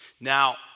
Now